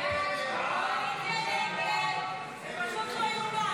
הסתייגות 51 לא נתקבלה.